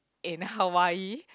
in Hawaii